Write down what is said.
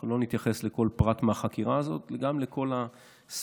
אנחנו לא נתייחס לכל פרט מהחקירה הזאת וגם לכל הספינים